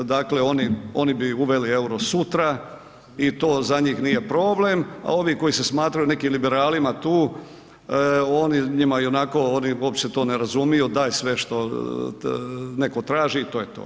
Dakle oni bi uveli euro sutra i to za njih nije problem, a ovi koji se smatraju nekim liberalima tu njima i onako oni uopće to ne razumiju, daj sve što neko traži i to je to.